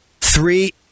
three